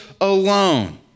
alone